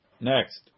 Next